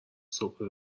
صبح